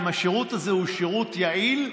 אם השירות הזה הוא שירות יעיל,